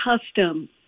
custom